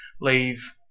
leave